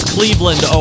Cleveland